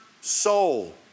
soul